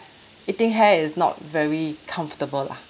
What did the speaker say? eating hair is not very comfortable lah